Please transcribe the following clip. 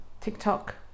TikTok